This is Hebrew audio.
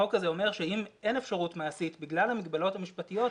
החוק הזה אומר שאם אין אפשרות מעשית בגלל המגבלות המשפטיות,